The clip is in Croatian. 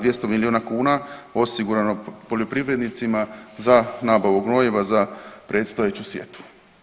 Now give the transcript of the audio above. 200 miliona kuna osigurano poljoprivrednicima za nabavu gnojiva za predstojeću sjetvu.